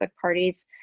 parties